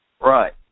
Right